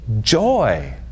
joy